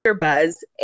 Buzz